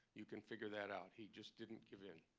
you can figure that out. he just didn't give in.